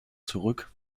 zurück